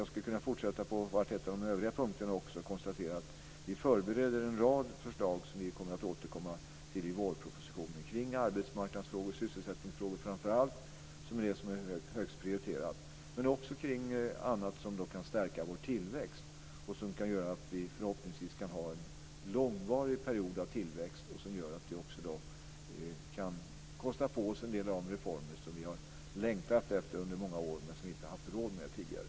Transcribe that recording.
Jag skulle kunna fortsätta på var och en av de övriga punkterna också och konstatera att vi förbereder en rad förslag som vi kommer att återkomma till i vårpropositionen. De rör sig framför allt kring arbetsmarknadsfrågor och sysselsättningsfrågor, som är det som är högst prioriterat, men också kring annat som kan stärka vår tillväxt och som kan göra att vi förhoppningsvis får en långvarig period av tillväxt. Det skulle innebära att vi också kan kosta på oss en del av de reformer som vi har längtat efter under många år, men som vi inte har haft råd med tidigare.